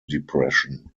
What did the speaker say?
depression